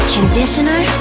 Conditioner